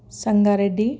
Sangareddy